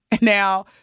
Now